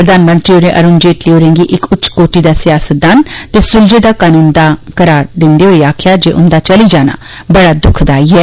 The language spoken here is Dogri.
प्रधानमंत्री होरें अरुण जेटली होरें गी इक उच्चकोटि दा सियास्तदान ते सुलझे दा कनूनदां करार दिन्दे होई आक्खेया जे उन्दा चली जाना बड़ा दुखदायी ऐ